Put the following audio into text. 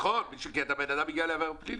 נכון, כי הבן-אדם הגיע לעבירה פלילית.